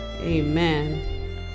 Amen